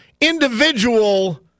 individual